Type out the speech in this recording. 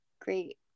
great